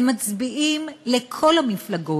הם מצביעים לכל המפלגות,